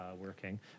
working